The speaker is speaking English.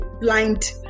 Blind